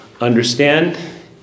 understand